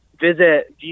visit